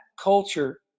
culture